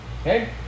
okay